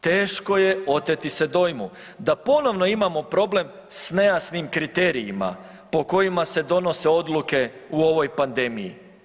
Teško je oteti se dojmu da ponovno imamo problem s nejasnim kriterijima po kojima se donose odluke u ovoj pandemiji.